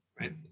right